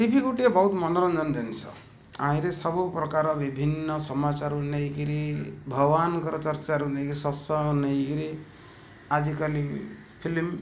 ଟି V ଗୋଟିଏ ବହୁତ ମନୋରଞ୍ଜନ ଜିନିଷ ଆହିଁରେ ସବୁ ପ୍ରକାର ବିଭିନ୍ନ ସମାଚାରରୁ ନେଇ କରି ଭଗବାନଙ୍କର ଚର୍ଚ୍ଚାରୁ ନେଇ କରି ଶସ୍ୟ ନେଇ କରି ଆଜିକାଲି ଫିଲ୍ମ